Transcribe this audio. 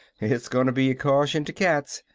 it's goin' to be a caution to cats!